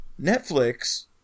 Netflix